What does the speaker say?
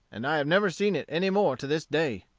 and i have never seen it any more to this day.